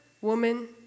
woman